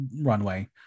runway